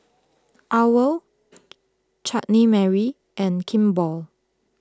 Owl Chutney Mary and Kimball